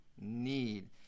need